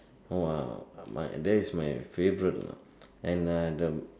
!wah! my that's my favourite lah and I the